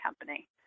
company